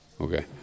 Okay